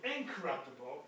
incorruptible